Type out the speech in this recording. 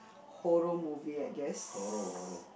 horror movie I guess